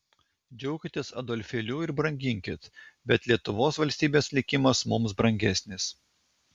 džiaukitės adolfėliu ir branginkit bet lietuvos valstybės likimas mums brangesnis